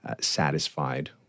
satisfied